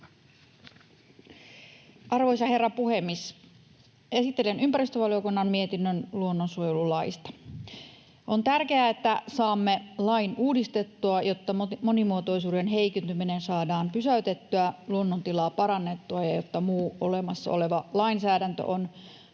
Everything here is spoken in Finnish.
Arvoisa herra puhemies! Esittelen ympäristövaliokunnan mietinnön luonnonsuojelulaista. On tärkeää, että saamme lain uudistettua, jotta monimuotoisuuden heikentyminen saadaan pysäytettyä ja luonnon tilaa parannettua ja jotta muu olemassa oleva lainsäädäntö on